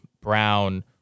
Brown